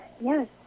yes